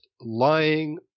lying